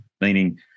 meaning